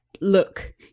look